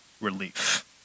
relief